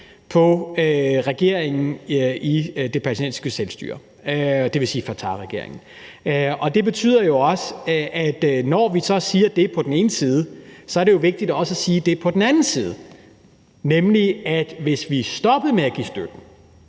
på regeringen i det palæstinensiske selvstyre, dvs. Fatahregeringen. Det betyder jo også, at når vi så siger det på den ene side, er det vigtigt også at sige det på den anden side, nemlig at hvis vi stoppede med at give støtte